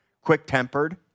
quick-tempered